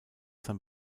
sein